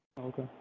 Okay